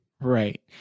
Right